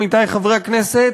עמיתי חברי הכנסת,